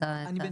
בינתיים,